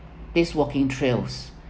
these walking trails